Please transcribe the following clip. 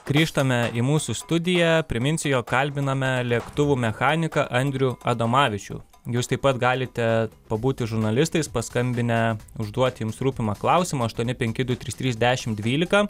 grįžtame į mūsų studiją priminsiu jog kalbiname lėktuvų mechaniką andrių adomavičių jūs taip pat galite pabūti žurnalistais paskambinę užduoti jums rūpimą klausimą aštuoni penki du trys trys dešim dvylika